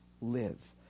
live